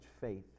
faith